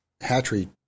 hatchery